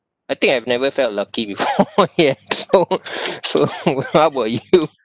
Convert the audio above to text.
I think I've never felt lucky before ya so so how about you